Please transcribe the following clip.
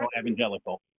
evangelical